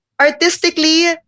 artistically